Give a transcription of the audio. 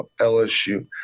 LSU